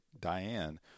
Diane